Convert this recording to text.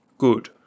Good